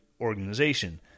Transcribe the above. organization